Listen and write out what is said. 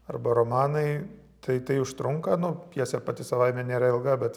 arba romanai tai tai užtrunka nu pjesė pati savaime nėra ilga bet